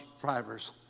drivers